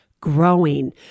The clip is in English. growing